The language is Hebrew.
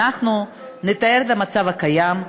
נתאר את המצב הקיים,